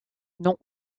non